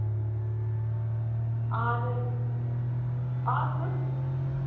आ गए और कुछ